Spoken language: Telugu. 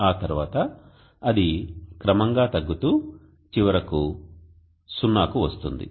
ఆ తరువాత అది క్రమంగా తగ్గుతూ చివరకు 0 కి వస్తుంది